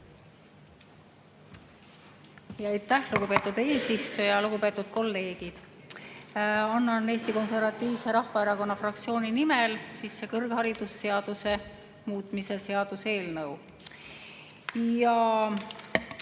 Aitäh, lugupeetud eesistuja! Lugupeetud kolleegid! Annan Eesti Konservatiivse Rahvaerakonna fraktsiooni nimel sisse kõrgharidusseaduse muutmise seaduse eelnõu. Me